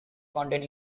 content